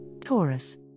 Taurus